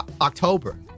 October